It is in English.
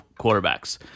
quarterbacks